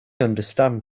understand